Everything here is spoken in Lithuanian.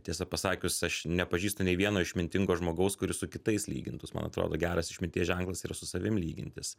tiesą pasakius aš nepažįstu nei vieno išmintingo žmogaus kuris su kitais lygintųs man atrodo geras išminties ženklas yra su savim lygintis